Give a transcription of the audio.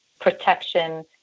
protection